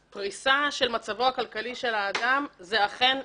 בפריסה של מצבו הכלכלי של האדם זה אכן נכלל.